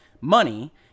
money